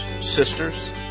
sisters